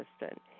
assistant